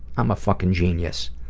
i'm a fucking genius.